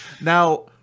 Now